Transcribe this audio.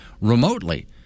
remotely